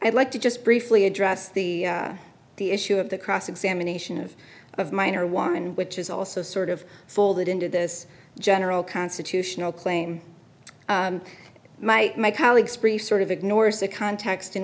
i'd like to just briefly address the the issue of the cross examination of of mine or warren which is also sort of folded into this general constitutional claim my colleagues brief sort of ignores the context in